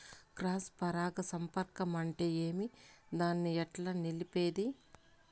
Cross పరాగ సంపర్కం అంటే ఏమి? దాన్ని ఎట్లా నిలిపేది?